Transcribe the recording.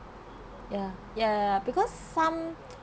ya ya ya because some